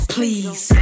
Please